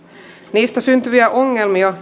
niistä syntyviä ongelmia